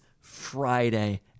Friday